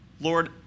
Lord